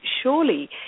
surely